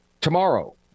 Tomorrow